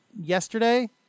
yesterday